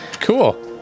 Cool